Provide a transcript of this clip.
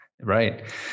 Right